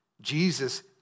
Jesus